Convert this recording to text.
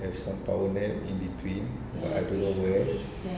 have some power nap in between but I don't know when